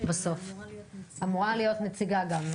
אמורה להיות נציגה גם.